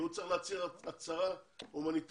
הוא צריך להצהיר הצהרה הומניטרית,